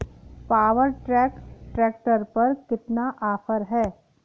Power track tractor पर कितना offer है?